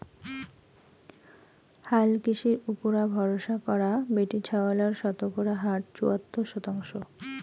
হালকৃষির উপুরা ভরসা করা বেটিছাওয়ালার শতকরা হার চুয়াত্তর শতাংশ